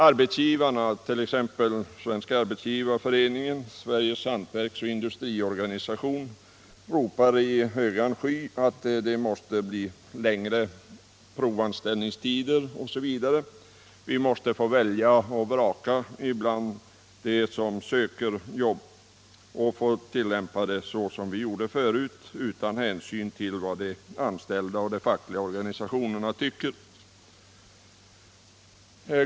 Arbetsgivarna, t.ex. SAF och SHIO, ropar i högan sky: ”Det måste bli längre provanställningstider.” ”Vi måste få välja och vraka bland dem som söker jobb och få tillämpa det som vi gjorde förut”, utan hänsyn till vad de anställda och de fackliga organisationerna tycker.